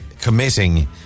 committing